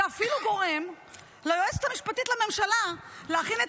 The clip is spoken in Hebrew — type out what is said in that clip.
זה אפילו גורם ליועצת המשפטית לממשלה להכין את